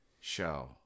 show